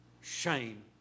shame